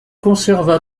conserva